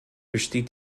besteht